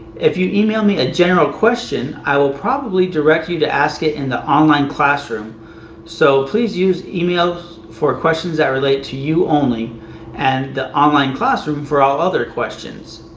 if you email me a general question, i will probably direct you to ask it in the online classroom so please use email for questions that relate to you only and the online classroom for all other questions.